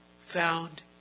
found